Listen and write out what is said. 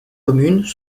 communes